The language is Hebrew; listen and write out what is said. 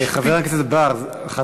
חבר הכנסת בר,